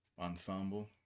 ensemble